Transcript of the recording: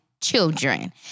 children